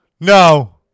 No